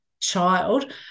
child